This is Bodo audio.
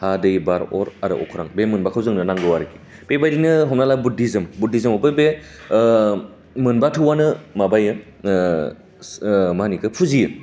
हा दै बार अर आरो अख्रां बे मोनबाखौ जोंनो नांगौ आरोखि बे बायदिनो हमना ला बुधिजोम बुधिजोमावबो बे' मोनबा थौआनो माबायो मा होननो बेखौ फुजियो